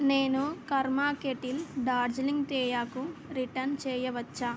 నేను Karma Kettle Darjeeling తేయాకు return చేయవచ్చా